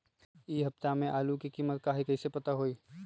इ सप्ताह में आलू के कीमत का है कईसे पता होई?